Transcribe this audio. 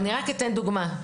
אני רק אתן דוגמה,